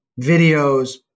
videos